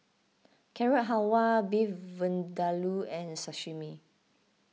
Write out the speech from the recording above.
Carrot Halwa Beef Vindaloo and Sashimi